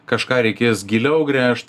kažką reikės giliau gręžt